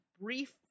brief